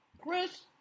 Chris